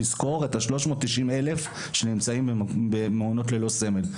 לזכור את ה-390 אלף שנמצאים במעונות ללא סמל,